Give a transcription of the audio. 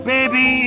Baby